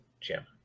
Jim